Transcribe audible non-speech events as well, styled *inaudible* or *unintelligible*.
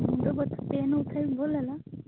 ମୁଣ୍ଡ ବ୍ୟଥା ପେନ୍ *unintelligible* ଗଲା ନା